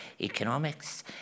economics